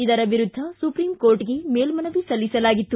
ಇದರ ವಿರುದ್ಧ ಸುಪ್ರೀಂ ಕೋರ್ಟ್ಗೆ ಮೇಲ್ಮನವಿ ಸಲ್ಲಿಸಲಾಗಿತ್ತು